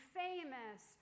famous